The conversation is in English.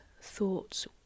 thoughts